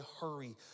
hurry